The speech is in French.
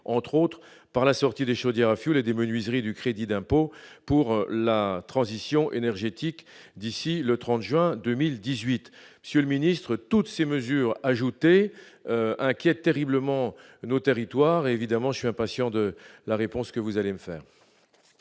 entre autres par la sortie des chaudières à fioul et des menuiseries du crédit d'impôt pour la transition énergétique d'ici le 30 juin 2018, monsieur le ministre, toutes ces mesures ajoutées inquiète terriblement nos territoires évidemment je suis impatient de la réponse que vous allez me faire.